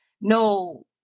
no